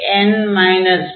என்று ஆகும்